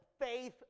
faith